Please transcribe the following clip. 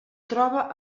troba